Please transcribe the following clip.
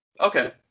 Okay